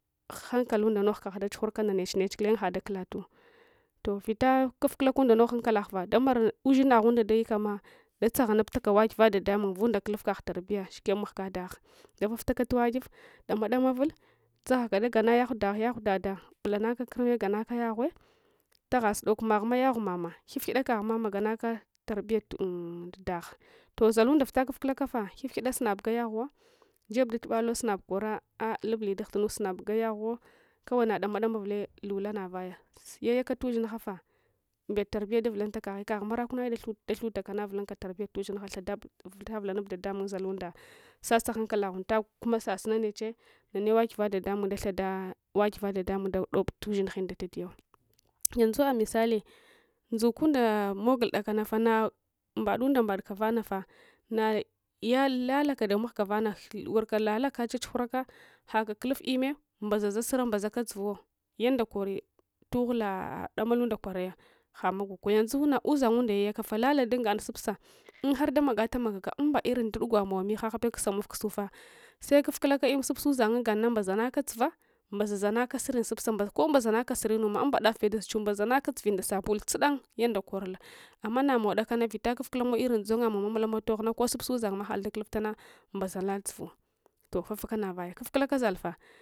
Hanksalunda noghkagh dachughurataka ndanechenech guleng hadakulatu toh vita kufkulaka unda nogh hankalagh damaranu ushina ghunda dayukama datsa guanubtabuka wagiva dadamung va’unda kulufkagh tarbiya shikeb manga dagh dafuftaka tawagiv damadamavul dzaguaka daganayaghu dagh yaghu ɗaɗa bulanaka kurme ganaka yaghuwe ugha sud’ok maghma yaghu mama gnifghida kaghma maganaka tarbiya tun d’agh zaunɗa vita kuflakafah hifghiɗa sunab gayaghnwa jeb datubalo sunab kwora ah luble daghdunnu sunab gayaghuw kawai nadama damavulle lula navaya yayaka tushinghafa mbel tarbiye davulunta kaghi kagh marakunna dathu dathuyaka ana vulunka tarbiya tushingha vita vulanab dadamung zallunda sasa hankalla ghun tagu kumma sasuma neche nane wagiva dadamung dathads wagiva ɗaɗamung ɗaɗob ushmghing datadiyau yanzu amisali ndzukunda mogul dakanafah nambadunds mbadka navanofah nayalalaka damaghga vana warka lalaka chughuraka haka kuluf lmme mbazaza sura mbazaka dzuvu wo yanda kori tughula damalunda kwarayah hama guku yanzu uszangunda yayakafa lala dungana supsa unghar damaga tamegaka umba irin ɗudgwamow mighah bew kusamufkusufah sekuf kulaka lmm sufsa uzang unganna mbezanaka dzuv nba sabul tsudan yaunda korullah amma namow dakana vita kufkulamow irin ndzongamung mamulamow doghna ko supsa uszangma hal dakuluptana mbazanal dzovu toh’ vafaka navaya kufkulaka zallfah